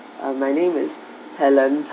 uh my name is helen